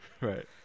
Right